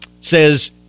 says